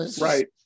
Right